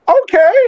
okay